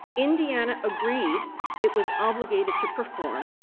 indiana agreed it was obligated to perform,